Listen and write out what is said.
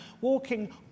walking